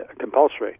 compulsory